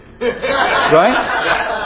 right